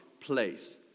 place